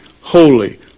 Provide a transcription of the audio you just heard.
holy